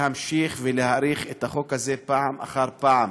להמשיך ולהאריך את החוק הזה פעם אחר פעם